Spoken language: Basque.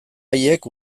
haiek